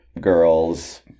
girl's